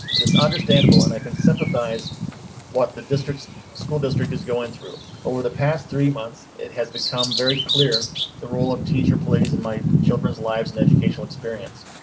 it is understandable and i can sympathize what the district school district is going through. over the past three months, it has become very clear the role of teacher plays in my children's lives in educational experience.